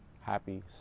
happy